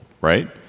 right